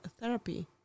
therapy